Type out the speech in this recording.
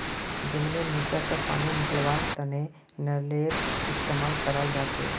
जमींनेर नीचा स पानी निकलव्वार तने नलेर इस्तेमाल कराल जाछेक